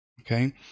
Okay